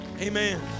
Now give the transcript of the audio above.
Amen